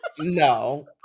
No